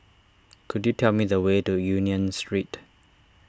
could you tell me the way to Union Street